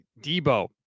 Debo